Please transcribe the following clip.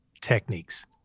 techniques